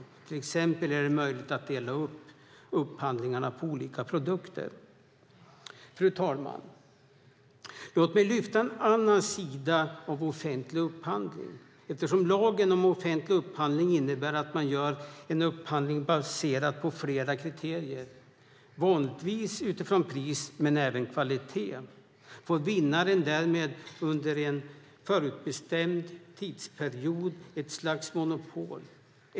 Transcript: Det är till exempel möjligt att dela upp upphandlingarna på olika produkter. Fru talman! Låt mig lyfta fram en annan sida av offentlig upphandling. Eftersom lagen om offentlig upphandling innebär att man gör en upphandling baserad på flera kriterier, vanligtvis utifrån pris men även kvalitet, får vinnaren därmed under en förutbestämd tidsperiod ett slags monopol.